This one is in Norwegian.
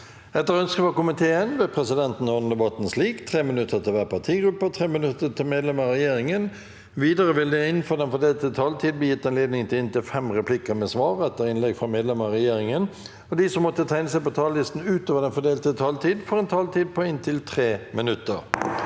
forvaltningskomiteen vil presidenten ordne debatten slik: 3 minutter til hver partigruppe og 3 minutter til medlemmer av regjeringen. Videre vil det – innenfor den fordelte taletid – bli gitt anledning til inntil fem replikker med svar etter innlegg fra medlemmer av regjeringen, og de som måtte tegne seg på talerlisten utover den fordelte taletid, får også en taletid på inntil 3 minutter.